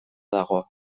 dago